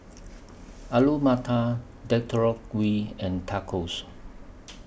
Alu Matar Gui and Tacos